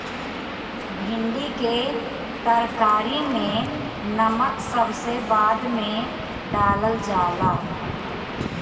भिन्डी के तरकारी में नमक सबसे बाद में डालल जाला